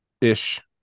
ish